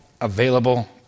available